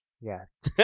Yes